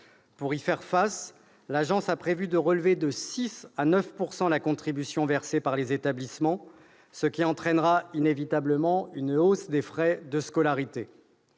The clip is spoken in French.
Pour y faire face, l'Agence a prévu de relever de 6 % à 9 % la contribution versée par les établissements, ce qui entraînera inévitablement une hausse des frais de scolarité.